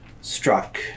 struck